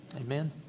Amen